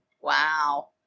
Wow